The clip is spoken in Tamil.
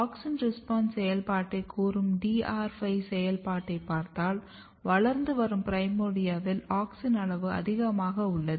ஆக்ஸின் ரெஸ்பான்ஸ் செயல்பாட்டைக் கூறும் DR5 செயல்பாட்டை பார்த்தால் வளர்ந்து வரும் பிரைமோர்டியாவில் ஆக்ஸின் அளவு அதிகமாக உள்ளது